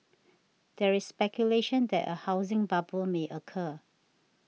there is speculation that a housing bubble may occur